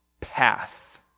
path